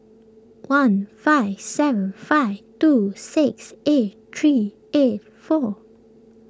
one five seven five two six eight three eight four